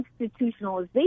institutionalization